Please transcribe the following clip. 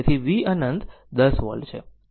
તેથી v અનંત 10 volt છે